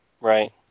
Right